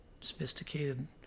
sophisticated